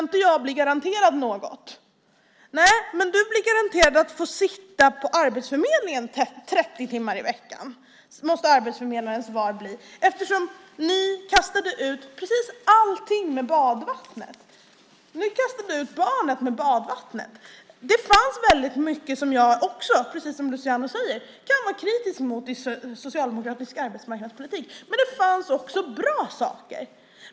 Arbetsförmedlarens svar måste då bli: Du blir garanterad att få sitta på Arbetsförmedlingen 30 timmar i veckan. Anledningen till det är att ni i regeringen kastade ut precis allting med badvattnet. Ni kastade ut barnet med badvattnet. Det fanns väldigt mycket som jag också kan vara kritisk mot i socialdemokratisk arbetsmarknadspolitik, precis som Luciano Astudillo säger. Men det fanns också bra saker.